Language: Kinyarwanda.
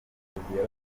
amafunguro